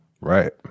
Right